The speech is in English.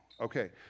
Okay